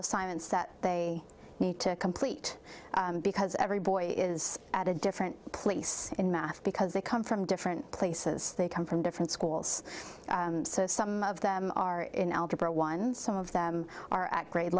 assignments that they need to complete because every boy is at a different place in math because they come from different places they come from different schools some of them are in algebra one some of them are act grade